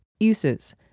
uses